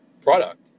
product